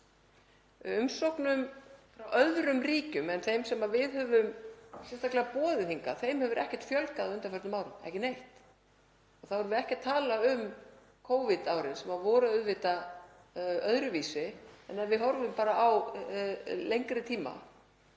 Umsóknum frá öðrum ríkjum en þeim sem við höfum sérstaklega boðið hingað hefur ekki fjölgað á undanförnum árum, ekki neitt. Þá erum við ekki að tala um Covid-árin sem voru auðvitað öðruvísi, en ef við horfum bara á lengri tíma